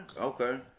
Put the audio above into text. Okay